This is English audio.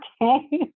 okay